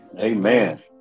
Amen